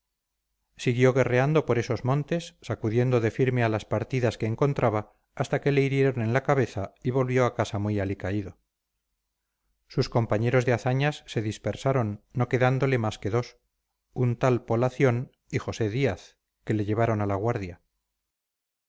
siguió guerreando por esos montes sacudiendo de firme a las partidas que encontraba hasta que le hirieron en la cabeza y volvió a casa muy alicaído sus compañeros de hazañas se dispersaron no quedándole más que dos un tal polación y josé díaz que le llevaron a la guardia